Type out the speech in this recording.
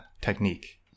technique